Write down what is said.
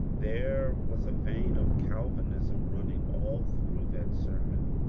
there was a vein of calvinism running all through that sermon.